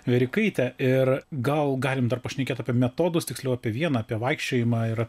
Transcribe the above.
verikaite ir gal galime dar pašnekėt apie metodus tiksliau apie vieną apie vaikščiojimą ir